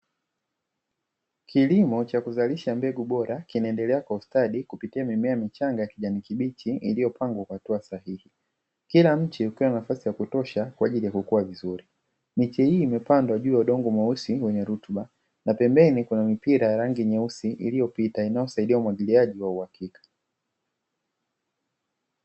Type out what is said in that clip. Kilimo cha kuzalisha mbegu bora kinaendelea kwa ustadi kupitia mimea michanga ya kijani kibichi iliyopangwa kwa hatua sahihi kila mche ukiwa nafasi ya kutosha kwa ajili ya kukua vizuri. Miche hii imepandwa juu ya udongo mweusi wenye rutuba na pembeni kuna mipira rangi nyeusi iliyopita inayosaidia umwagiliaji wa uhakika.